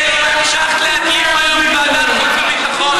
אני שואל אם המשכת להדליף היום מוועדת חוץ וביטחון.